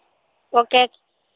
okay